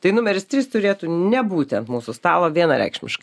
tai numeris trys turėtų nebūti ant mūsų stalo vienareikšmiškai